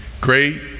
Great